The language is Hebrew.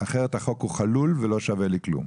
אחרת החוק הוא חלול ולא שווה לי כלום.